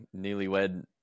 newlywed